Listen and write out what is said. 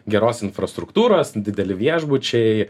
geros infrastruktūros dideli viešbučiai